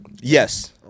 Yes